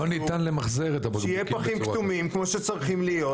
לא ניתן למחזר את הבקבוקים בצורה כזאת.